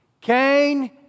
Cain